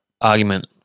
argument